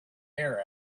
here